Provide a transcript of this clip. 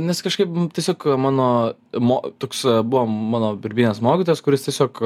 nes kažkaip tiesiog mano mo toks buvo mano birbynės mokytojas kuris tiesiog